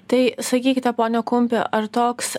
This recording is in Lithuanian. tai sakykite pone kumpi ar toks